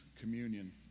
communion